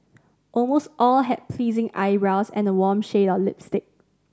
almost all had pleasing eyebrows and a warm shade of lipstick